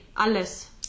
Alles